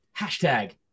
hashtag